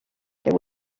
there